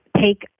take